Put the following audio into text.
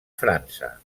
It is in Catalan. frança